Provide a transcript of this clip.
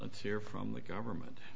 let's hear from the government